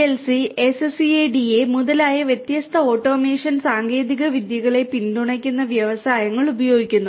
PLC SCADA മുതലായ വ്യത്യസ്ത automation സാങ്കേതികവിദ്യകളെ പിന്തുണയ്ക്കുന്ന വ്യവസായങ്ങൾ ഉപയോഗിക്കുന്നു